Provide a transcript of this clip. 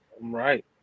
Right